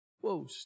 Whoa